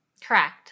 Correct